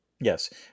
Yes